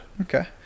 Okay